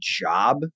job